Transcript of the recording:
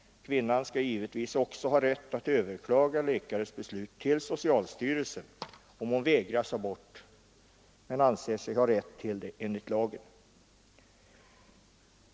Kvinnan skall också ha rätt att hos socialstyrelsen överklaga läkares beslut om hon vägras abort men anser sig ha rätt därtill enligt lagen.